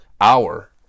hour